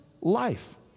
life